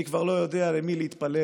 אני כבר לא יודע למי להתפלל